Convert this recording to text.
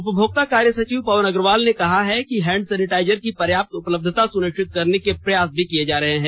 उपभोक्ता कार्य सचिव पवन अग्रवाल ने कहा कि हैंड सेनिटाइजर की पर्याप्त उपलब्धता सुनिश्चित करने के प्रयास भी किये जा रहे हैं